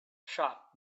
sharp